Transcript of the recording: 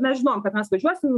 mes žinojom kad mes važiuosim